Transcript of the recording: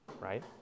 right